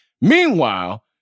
Meanwhile